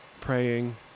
praying